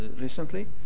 recently